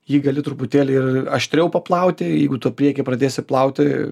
jį gali truputėlį ir aštriau paplauti jeigu tu priekyje pradėsi plauti su tom